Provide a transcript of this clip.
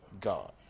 God